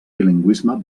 bilingüisme